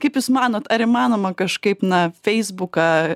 kaip jūs manot ar įmanoma kažkaip na feisbuką